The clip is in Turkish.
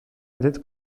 adet